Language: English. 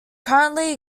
currently